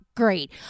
Great